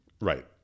Right